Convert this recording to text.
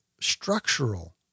structural